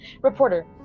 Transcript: Reporter